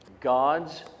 God's